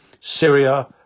Syria